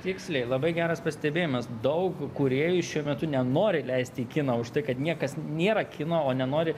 tiksliai labai geras pastebėjimas daug kūrėjų šiuo metu nenori leisti kino už tai kad niekas nėra kino o nenori